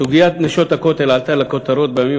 סוגיית "נשות הכותל" עלתה לכותרות בימים